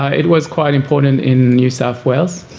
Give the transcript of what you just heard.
ah it was quite important in new south wales.